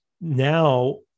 now